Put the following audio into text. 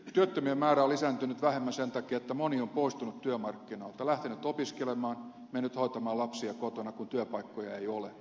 työttömien määrä on lisääntynyt vähemmän sen takia että moni on poistunut työmarkkinoilta lähtenyt opiskelemaan mennyt hoitamaan lapsia kotiin kun työpaikkoja ei ole